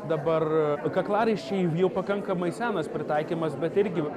dabar kaklaraiščiai jau pakankamai senas pritaikymas bet irgi